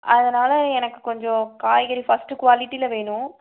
அதனால் எனக்கு கொஞ்சம் காய்கறி ஃபர்ஸ்ட் குவாலிட்டியில் வேணும்